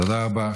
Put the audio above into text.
תודה רבה.